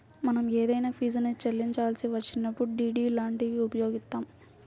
మనం ఏదైనా ఫీజుని చెల్లించాల్సి వచ్చినప్పుడు డి.డి లాంటివి ఉపయోగిత్తాం